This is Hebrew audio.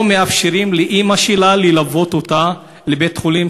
לא מאפשרים לאימא שלה ללוות אותה לבית-החולים